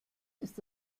ist